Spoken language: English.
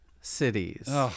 cities